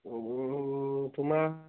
তোমাৰ